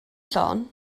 llon